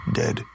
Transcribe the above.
dead